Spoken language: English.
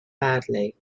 badly